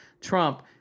Trump